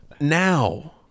now